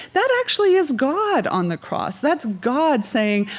that actually is god on the cross, that's god saying,